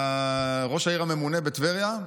ראש העיר הממונה בטבריה,